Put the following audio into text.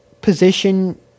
position